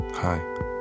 Hi